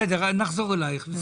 בסדר, נחזור אליך.